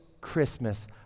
Christmas